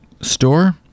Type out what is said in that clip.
store